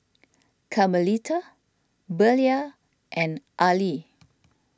Carmelita Belia and Ali